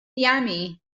yummy